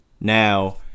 Now